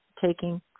taking